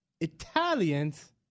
Italians